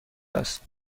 است